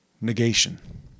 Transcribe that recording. Negation